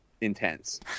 intense